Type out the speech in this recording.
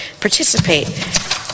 participate